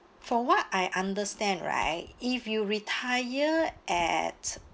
from what I understand right if you retire at um